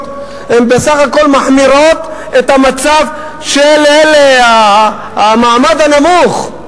בסך הכול מחמירים את המצב של המעמד הנמוך.